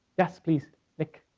yes please nick.